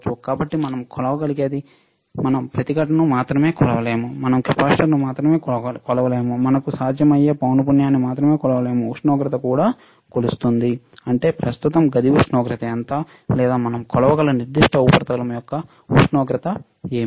కాబట్టి మనం కొలవగలిగేది మనం ప్రతిఘటనను మాత్రమే కొలవలేము మనం కెపాసిటెన్స్ను మాత్రమే కొలవలేము మనకు సాధ్యమయ్యే పౌనపుణ్యంని మాత్రమే కొలవలేము ఉష్ణోగ్రత కూడా కొలుస్తుంది అంటే ప్రస్తుతం గది ఉష్ణోగ్రత ఎంత లేదా మనం కొలవగల నిర్దిష్ట ఉపరితలం యొక్క ఉష్ణోగ్రత ఏమిటి